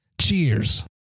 Cheers